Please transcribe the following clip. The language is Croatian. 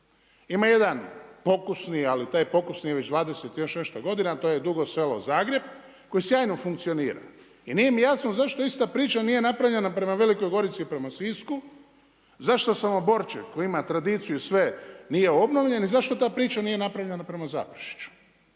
Ima jedan pokusni, ali taj pokusni je već 20 i još nešto godina to je Dugo Selo-Zagreb koji sjajno funkcionira i nije mi jasno zašto ista priča nije napravljena prema Velikoj Gorici i prema Sisku, zašto SAmoborček koji ima tradiciju i sve nije obnovljeni i zašto ta priča nije napravljena prema Zaprešiću?